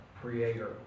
creator